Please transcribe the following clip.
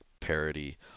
parody